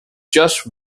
just